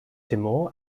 timor